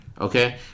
Okay